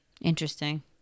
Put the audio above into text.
Interesting